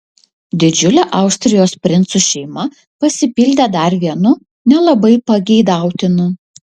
didžiulė austrijos princų šeima pasipildė dar vienu nelabai pageidautinu